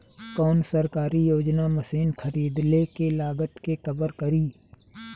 कौन सरकारी योजना मशीन खरीदले के लागत के कवर करीं?